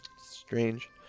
strange